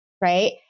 right